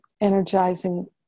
energizing